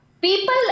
People